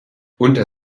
unter